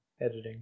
editing